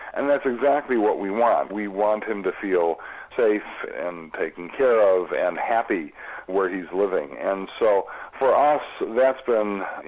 and that's exactly what we want. we want him to feel safe and taken care of and happy where he's living and so for us that's been,